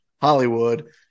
Hollywood